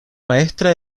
maestra